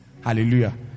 Hallelujah